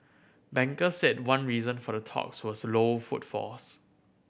bankers said one reason for the talks was low footfalls